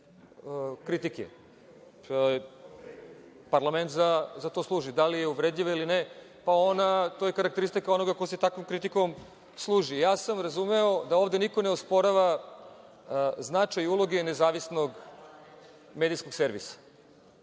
kritike. Parlament za to služi. Da li je uvredljiva ili ne? Pa, to je karakteristika onoga ko se takvom kritikom služi. Ja sam razumeo da ovde niko ne osporava značaj uloge nezavisnog medijskog servisa.